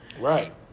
Right